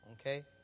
okay